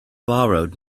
borrowed